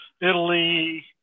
Italy